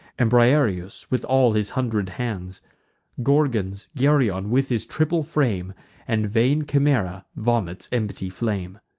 and briareus with all his hundred hands gorgons, geryon with his triple frame and vain chimaera vomits empty flame.